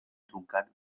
truncat